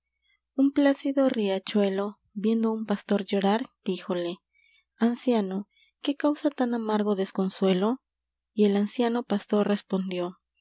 un plácido riachuelo viendo á un pastor llorar díjole anciano qué causa tan amargo desconsuelo y el anciano pastor respondió